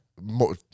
more